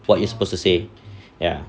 what you're supposed to say ya